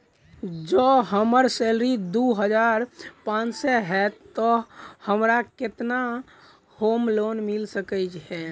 जँ हम्मर सैलरी दु हजार पांच सै हएत तऽ हमरा केतना होम लोन मिल सकै है?